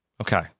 Okay